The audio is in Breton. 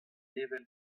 evel